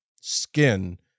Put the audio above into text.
skin